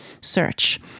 search